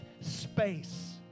space